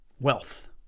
wealth